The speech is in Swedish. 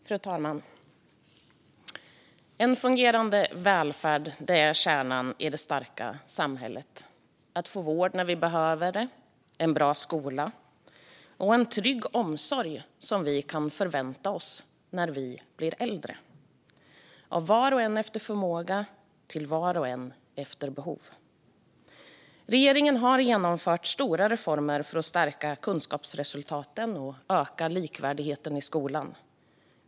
Fru talman! En fungerande välfärd är kärnan i det starka samhället. Det handlar om att få vård när vi behöver det, en bra skola och att vi kan förvänta oss en bra omsorg när vi blir äldre. Av var och en efter förmåga, till var och en efter behov. Regeringen har genomfört stora reformer för att stärka kunskapsresultaten och öka likvärdigheten i skolan.